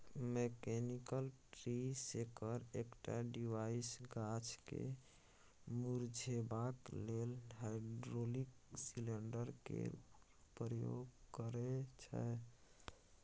mechanical tree shaker एकटा device गाछ केँ मुरझेबाक लेल हाइड्रोलिक सिलेंडर केर प्रयोग करय छै